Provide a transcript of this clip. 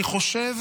אני חושב